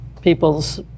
people's